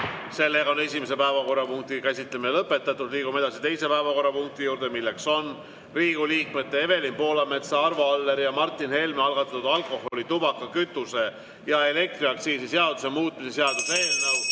välja. Esimese päevakorrapunkti käsitlemine on lõpetatud. Liigume edasi teise päevakorrapunkti juurde, milleks on Riigikogu liikmete Evelin Poolametsa, Arvo Alleri ja Martin Helme algatatud alkoholi-, tubaka-, kütuse- ja elektriaktsiisi seaduse muutmise seaduse eelnõu